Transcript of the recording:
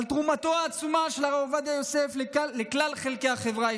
על תרומתו העצומה של הרב עובדיה יוסף לכלל חלקי החברה הישראלית.